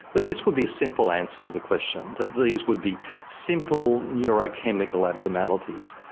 that this would be a simple answer to the question, that these would be simple neurochemical abnormalities.